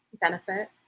benefit